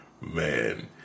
Man